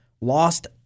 lost